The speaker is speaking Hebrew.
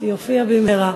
שיופיע במהרה.